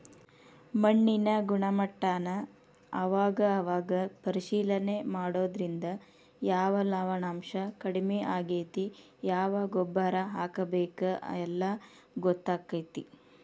ಮಣ್ಣಿನ ಗುಣಮಟ್ಟಾನ ಅವಾಗ ಅವಾಗ ಪರೇಶಿಲನೆ ಮಾಡುದ್ರಿಂದ ಯಾವ ಲವಣಾಂಶಾ ಕಡಮಿ ಆಗೆತಿ ಯಾವ ಗೊಬ್ಬರಾ ಹಾಕಬೇಕ ಎಲ್ಲಾ ಗೊತ್ತಕ್ಕತಿ